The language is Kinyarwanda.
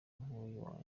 nkuru